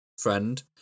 friend